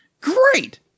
great